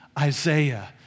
Isaiah